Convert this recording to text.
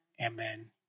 Amen